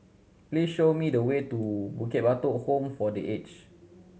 please show me the way to Bukit Batok Home for The Aged